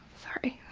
sorry.